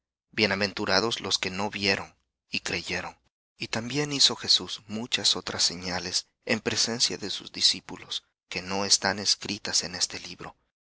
bienaventurados los que no vieron y creyeron y también hizo jesús muchas otras señales en presencia de sus discípulos que no están escritas en este libro